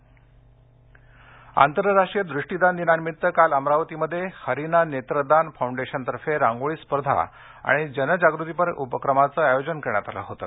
अमरावती आंतरराष्ट्रीय दृष्टिदान दिनानिमित्त काल अमरावतीमध्ये हरीना नेत्रदान फाऊंडेशनतर्फे रांगोळी स्पर्धा आणि जनजागृतीपर उपक्रमाचं आयोजन करण्यात आलं होतं